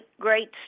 great